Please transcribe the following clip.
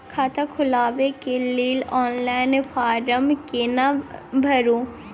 खाता खोलबेके लेल ऑनलाइन फारम केना भरु?